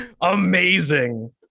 Amazing